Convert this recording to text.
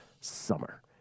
summer